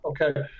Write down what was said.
okay